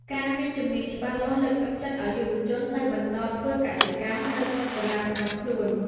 ការមានជំនាញច្បាស់លាស់លើកទឹកចិត្តឱ្យយុវជននៅបន្តធ្វើកសិកម្មនៅស្រុកកំណើតរបស់ខ្លួន។